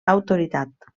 autoritat